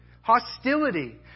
hostility